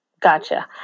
Gotcha